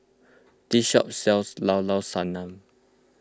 this shop sells Llao Llao Sanum